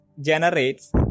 generates